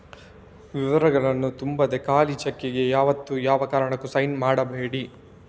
ವಿವರಗಳನ್ನ ತುಂಬದೆ ಖಾಲಿ ಚೆಕ್ಕಿಗೆ ಯಾವತ್ತೂ ಯಾವ ಕಾರಣಕ್ಕೂ ಸೈನ್ ಮಾಡ್ಬೇಡಿ